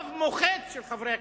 רוב מוחץ של חברי הכנסת: